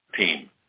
team